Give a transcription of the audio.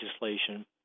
legislation